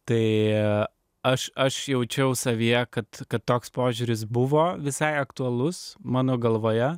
tai aš aš jaučiau savyje kad kad toks požiūris buvo visai aktualus mano galvoje